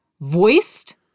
voiced